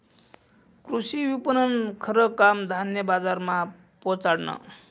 कृषी विपणननं खरं काम धान्य बजारमा पोचाडनं